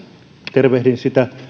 tervehdin sitä